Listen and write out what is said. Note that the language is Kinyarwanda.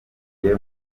atuye